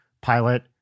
pilot